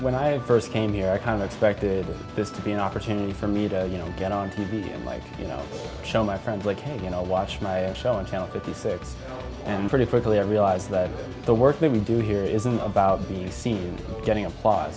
when i first came here i kind of suspected this to be an opportunity for me to you know get on t v and like you know show my friends like hey you know watch my show and channel fifty six and pretty quickly i realized that the work that we do here isn't about being seen getting appl